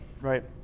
right